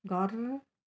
घर्नु